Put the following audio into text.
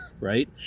right